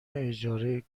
اجاره